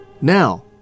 Now